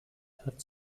hat